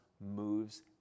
moves